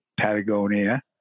Patagonia